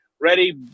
ready